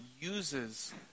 uses